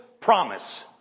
promise